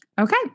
Okay